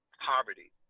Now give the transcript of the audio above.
poverty